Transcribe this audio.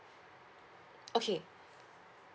okay